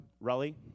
Rally